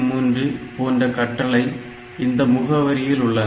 3 போன்ற கட்டளை இந்த முகவரியில் உள்ளன